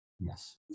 Yes